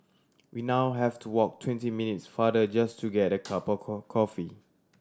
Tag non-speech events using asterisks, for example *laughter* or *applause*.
we now have to walk twenty minutes farther just to get a cup of *unintelligible* coffee